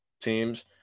teams